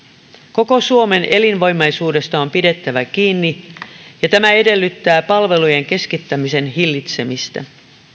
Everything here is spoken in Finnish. koko suomen elinvoimaisuudesta on pidettävä kiinni ja tämä edellyttää palvelujen keskittämisen hillitsemistä